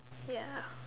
ya